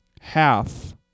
half